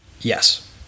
Yes